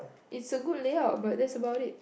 it's a good layout but that's about it